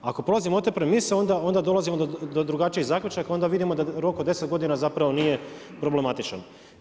Ako polazimo od te premise onda dolazimo do drugačijih zaključaka, onda vidimo da rok od 10 godina zapravo nije problematičan.